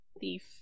thief